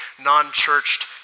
non-churched